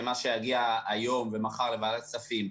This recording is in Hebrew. במה שיגיע היום ומחר לוועדת הכספים,